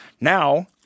Now